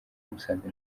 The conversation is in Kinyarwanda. musanze